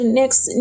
next